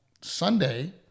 Sunday